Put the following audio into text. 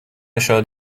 شاهد